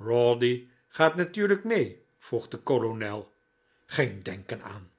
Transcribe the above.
rawdy gaat natuurlijk mee vroeg de kolonel geen denken aan